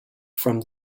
from